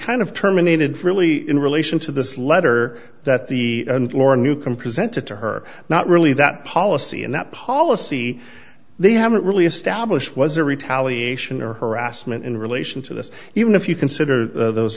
kind of terminated fairly in relation to this letter that the and laura newcombe presented to her not really that policy and that policy they haven't really established was a retaliation or harassment in relation to this even if you consider those